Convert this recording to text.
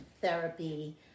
therapy